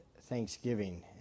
Thanksgiving